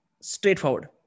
straightforward